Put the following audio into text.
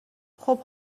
خوب